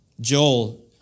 Joel